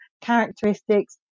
characteristics